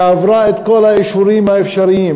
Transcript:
שעברה את כל האישורים האפשריים,